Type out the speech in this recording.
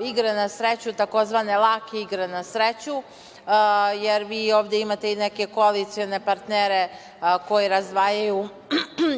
igre na sreću tzv. lake igre na sreću, jer vi ovde imate i neke koalicione partnere koji razdvajaju